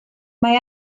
mae